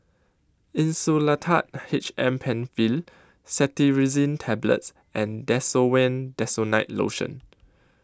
Insulatard H M PenFill Cetirizine Tablets and Desowen Desonide Lotion